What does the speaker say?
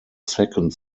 second